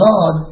God